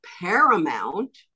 Paramount